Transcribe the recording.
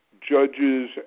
judges